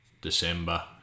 December